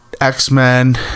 X-Men